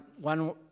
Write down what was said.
one